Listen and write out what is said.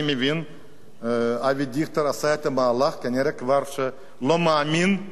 אבי דיכטר עשה את המהלך כי כנראה הוא כבר לא מאמין בהנהגה של קדימה,